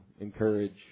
encourage